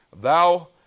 thou